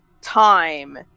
time